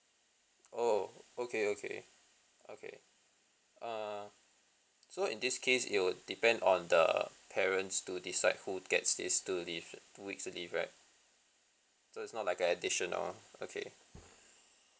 oh okay okay okay err so in this case it would depend on the parents to decide who gets this two leave two weeks leave right so it's not like a additional okay